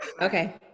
Okay